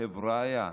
חבריא,